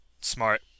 Smart